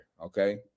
Okay